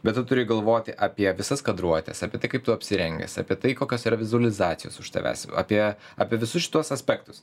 bet ir turi galvoti apie visas kadruotes apie tai kaip tu apsirengęs apie tai kokios ir vizualizacijos už tavęs apie apie visus šituos aspektus